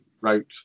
wrote